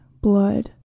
blood